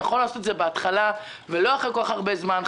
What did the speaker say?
אבל יכולנו לעשות את זה בהתחלה ולא אחרי כל כך הרבה זמן.